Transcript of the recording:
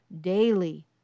daily